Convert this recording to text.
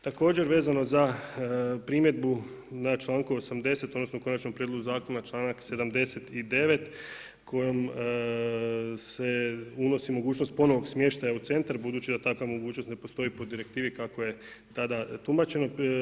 Tako vezano za primjedbu na članku 80. odnosno konačnom prijedlogu zakona članak 79. kojom se unosi mogućnost ponovnog smještaja u centar budući da takva mogućnost ne postoji po direktivi kako je tada tumačeno.